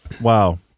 Wow